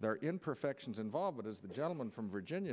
their imperfections involved as the gentleman from virginia